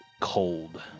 cold